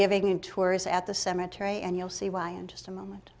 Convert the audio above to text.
giving tours at the cemetery and you'll see why in just a moment